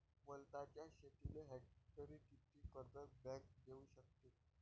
वलताच्या शेतीले हेक्टरी किती कर्ज बँक देऊ शकते?